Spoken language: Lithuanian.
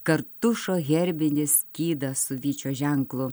kartušo herbinis skydas su vyčio ženklu